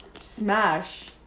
Smash